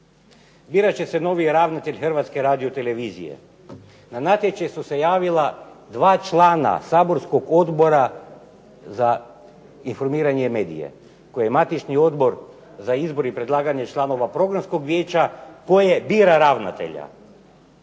Birat će se novi ravnatelj Hrvatske radiotelevizije. Na natječaj su se javila 2 člana saborskog Odbora za informiranje i medije koje je matični Odbor za izbor i predlaganje članova Programskog vijeća koje bira ravnatelja.